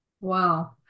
wow